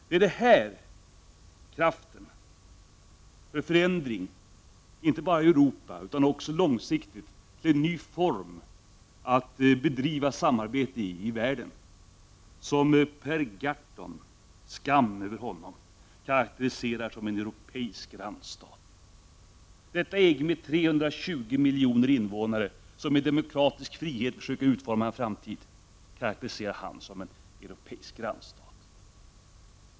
Det är den här kraften för en förändring inte bara i Europa utan också, långsiktigt, när det gäller nya former för samarbete i världen som Per Gahrton — skam över honom! — karakteriserar som en europeisk randstat. Detta EG, med 320 miljoner invånare, som i demokratisk frihet försöker utforma en framtid, karakteriserar han som en europeisk randstat.